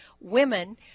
women